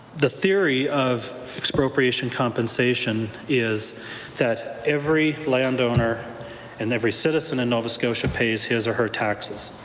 the theory of expropriation compensation is that every landowner and every citizen in nova scotia pays his or her taxes.